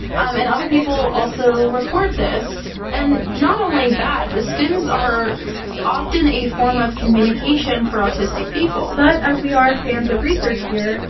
and other people also report this. and not only that, but stims are often a form of communication for autistic people. but as we are fans of research here,